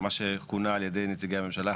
מה שכונה על ידי נציגי הממשלה,